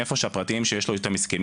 איפה שיש את הפרטיים שיש לו איתם הסכמים.